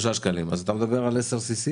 אז כמה זה ל-10 מ"ל?